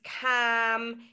calm